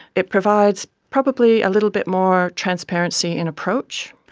it provides probably a little bit more transparency in approach.